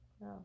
no